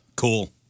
Cool